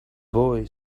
boy